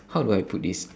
how do I put this